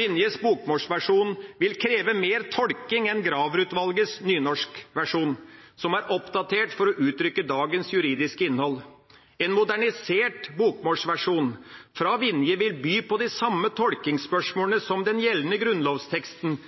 Vinjes bokmålsversjon vil kreve mer tolkning enn Graver-utvalgets nynorskversjon, som er oppdatert for å uttrykke dagens juridiske innhold. En modernisert bokmålsversjon fra Vinje vil by på de samme tolkningsspørsmålene som den gjeldende grunnlovsteksten,